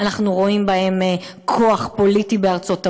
אנחנו רואים בהם כוח פוליטי בארצות הברית.